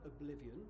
oblivion